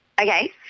Okay